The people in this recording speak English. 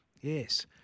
Yes